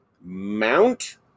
mount